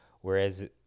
whereas